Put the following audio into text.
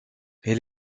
elle